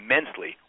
immensely